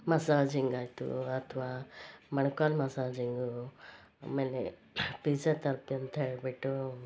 massaging ಆಯಿತು ಅಥ್ವಾ ಮೊಣಕಾಲು ಮಸಾಜಿಂಗು ಆಮೇಲೆ ಪಿಝೋತೆರ್ಪಿ ಅಂತ ಹೇಳಿಬಿಟ್ಟೂ